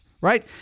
Right